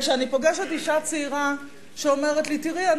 כשאני פוגשת אשה צעירה שאומרת לי: תראי,